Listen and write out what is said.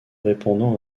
répondant